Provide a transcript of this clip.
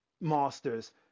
masters